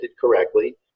correctly